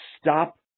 stop